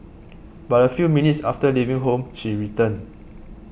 but a few minutes after leaving home she returned